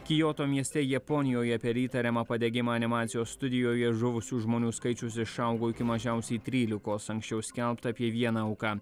kioto mieste japonijoje per įtariamą padegimą animacijos studijoje žuvusių žmonių skaičius išaugo iki mažiausiai trylikos anksčiau skelbta apie vieną auką